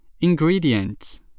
Ingredients